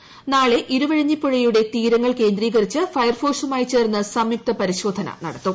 ന്റാള്ള ഇരുവഴിഞ്ഞിപ്പുഴയുടെ തീരങ്ങൾ കേന്ദ്രീകരിച്ച് ഫയർഫോഴ്സ്ുമായി ചേർന്ന് സ്ംയുക്ത പരിശോധന നടത്തും